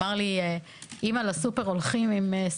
לא לוקחת שקיות.